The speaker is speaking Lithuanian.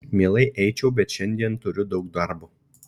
mielai eičiau bet šiandien turiu daug darbo